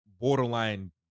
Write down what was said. borderline